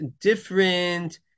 different